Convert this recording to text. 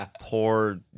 poor